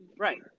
Right